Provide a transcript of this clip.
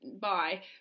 Bye